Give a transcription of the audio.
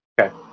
Okay